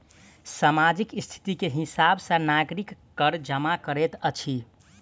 सामाजिक स्थिति के हिसाब सॅ नागरिक कर जमा करैत अछि